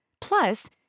Plus